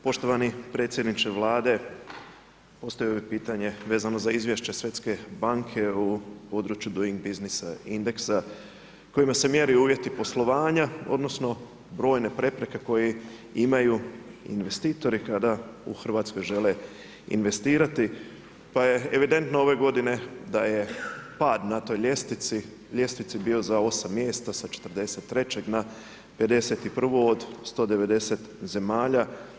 Poštovani predsjedniče Vlade, postavio bi pitanje vezano za izvješće Svjetske banke u području … indeksa kojima se mjere uvjeti poslovanja, odnosno, brojne prepreke koji imaju investitori kada u Hrvatskoj žele investirati, pa je evidentno ove godine, da je pad na toj ljestvici, ljestvici bio za 8 mjesta, sa 43 na 51 od 190 zemalja.